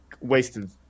wasted